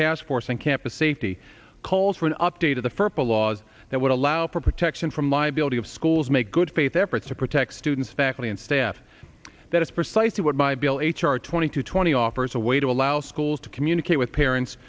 task force on campus safety calls for an update of the furball laws that would allow for protection from liability of schools make good faith efforts to protect students faculty and staff that is precisely what my bill h r twenty two twenty offers a way to allow schools to communicate with parents